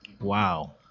wow